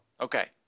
Okay